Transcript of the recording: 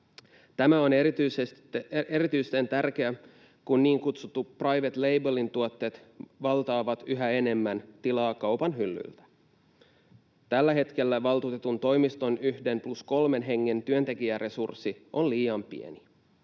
Tämä on erityisen tärkeää, kun niin kutsutut private label -tuotteet valtaavat yhä enemmän tilaa kaupan hyllyltä. Tällä hetkellä valtuutetun toimiston yhden plus kolmen hengen työntekijäresurssi on liian pieni,